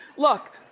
look,